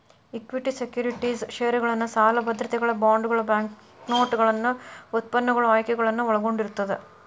equity securities ಷೇರುಗಳನ್ನ ಸಾಲ ಭದ್ರತೆಗಳ ಬಾಂಡ್ಗಳ ಬ್ಯಾಂಕ್ನೋಟುಗಳನ್ನ ಉತ್ಪನ್ನಗಳು ಆಯ್ಕೆಗಳನ್ನ ಒಳಗೊಂಡಿರ್ತದ